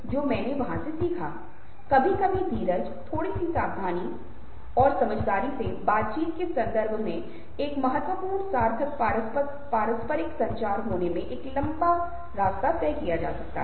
बाईं ओर का चेहरा एक मुस्कान दिखाता है दाईं ओर का चेहरा एक मुस्कान दिखाता है